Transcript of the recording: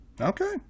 Okay